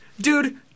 dude